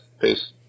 Peace